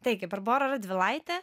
taigi barbora radvilaitė